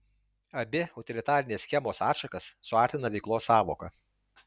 abi utilitarinės schemos atšakas suartina veiklos sąvoka